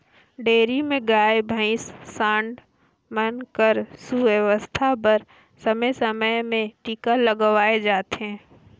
dairy में गाय, भइसी, सांड मन कर सुवास्थ बर समे समे में टीका लगवाए जाथे